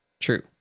True